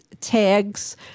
tags